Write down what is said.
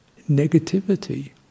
negativity